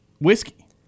whiskey